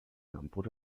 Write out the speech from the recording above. campus